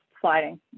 sliding